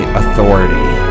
authority